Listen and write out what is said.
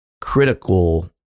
critical